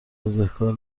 بزهکار